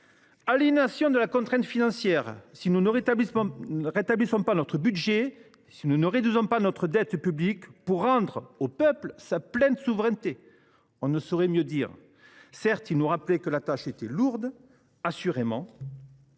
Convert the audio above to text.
l’aliénation à la contrainte financière », si nous ne rétablissions pas notre budget, si nous ne réduisions pas notre dette publique pour rendre au peuple sa « pleine souveraineté ». On ne saurait mieux dire ! Certes, il nous rappelait que la tâche était lourde. Assurément.